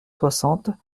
soixante